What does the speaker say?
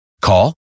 Call